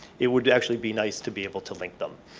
it would actually be nice to be able to link them,